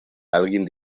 alguien